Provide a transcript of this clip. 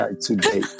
today